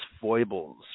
foibles